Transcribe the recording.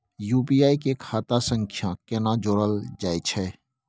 UPI के खाता सं केना जोरल जाए छै?